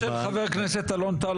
אבל הפשרה של חבר הכנסת אלון טל,